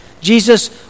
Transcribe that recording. Jesus